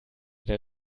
der